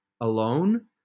alone